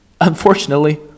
Unfortunately